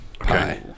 okay